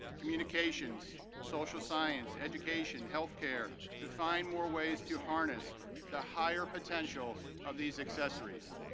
communications, social science, education, health care to find more ways to harness the higher potential of these accessories.